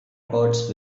records